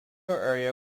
area